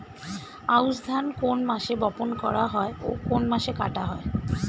আউস ধান কোন মাসে বপন করা হয় ও কোন মাসে কাটা হয়?